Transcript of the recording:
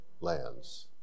lands